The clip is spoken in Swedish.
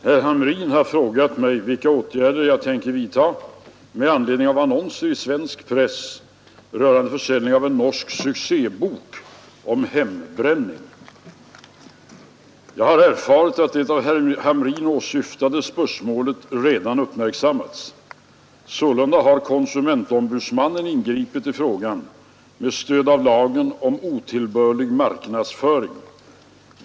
Herr talman! Herr Hamrin har frågat mig vilka åtgärder jag tänker vidta med anledning av annonser i svensk press rörande försäljning av en norsk ”succébok”om hembränning. Jag har erfarit att det av herr Hamrin åsyftade spörsmålet redan uppmärksammats. Sålunda har konsumentombudsmannen ingripit i frågan med stöd av lagen om otillbörlig marknadsföring.